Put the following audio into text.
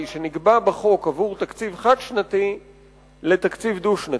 שנקבע בחוק עבור תקציב חד-שנתי לתקציב דו-שנתי.